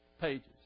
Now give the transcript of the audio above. pages